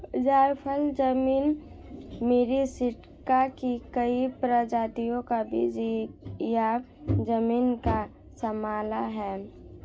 जायफल genus Myristica की कई प्रजातियों का बीज या जमीन का मसाला है